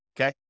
okay